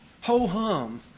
ho-hum